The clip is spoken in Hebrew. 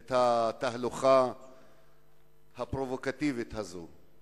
את התהלוכה הפרובוקטיבית הזאת.